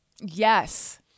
Yes